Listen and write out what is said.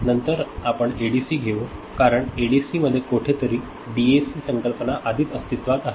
नंतर आपण एडीसी घेऊ कारण एडीसीमध्ये कोठेतरी डीएसी संकल्पना आधीच अस्तित्त्वात आहे